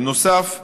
בנוסף,